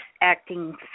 acting